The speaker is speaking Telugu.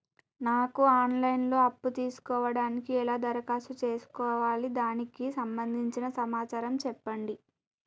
నాకు ఆన్ లైన్ లో అప్పు తీసుకోవడానికి ఎలా దరఖాస్తు చేసుకోవాలి దానికి సంబంధించిన సమాచారం చెప్పండి?